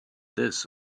this